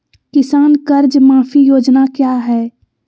किसान कर्ज माफी योजना क्या है?